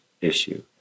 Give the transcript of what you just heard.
issue